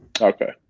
Okay